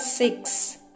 Six